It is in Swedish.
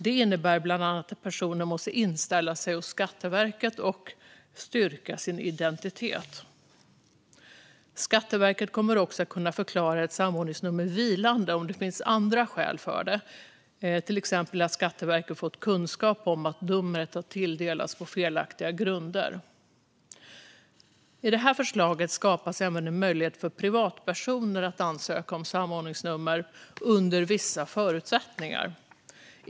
Det innebär bland annat att personen måste inställa sig hos Skatteverket och styrka sin identitet. Skatteverket kommer också att kunna förklara ett samordningsnummer vilande om det finns andra skäl för det, till exempel att Skatteverket fått kunskap om att numret har tilldelats på felaktiga grunder. I det här förslaget skapas även en möjlighet för privatpersoner att under vissa förutsättningar ansöka om samordningsnummer.